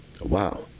Wow